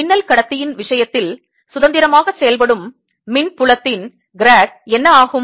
மின்னல் கடத்தியின் விஷயத்தில் சுதந்திரமாக செயல்படும் மின் புலத்தின் grad என்ன ஆகும்